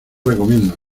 recomiendan